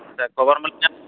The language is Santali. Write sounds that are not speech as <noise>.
ᱜᱚᱵᱚᱨᱢᱮᱱ <unintelligible>